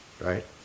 right